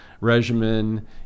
regimen